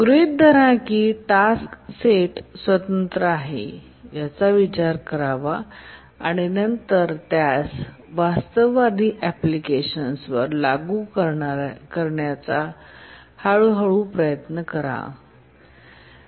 ग्रहीत धरा task state स्वतंत्र आहे याचा विचार करा आणि नंतर त्यास वास्तववादी एप्लिकेशन्स वर लागू करण्याचा हळूहळू प्रयत्न करा